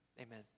Amen